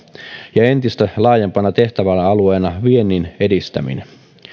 ja entistä laajempana tehtäväalueena viennin edistäminen